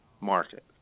market